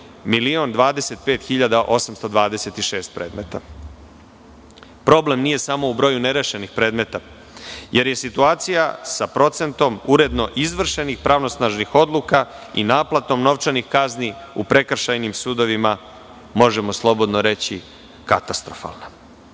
1.025.826 predmeta. Problem nije samo u broju nerešenih predmeta, jer je situacija sa procentom uredno izvršenih pravosnažnih odluka i naplatom novčanih kazni u prekršajnim sudovima, možemo slobodno reći, katastrofalna.